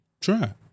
Try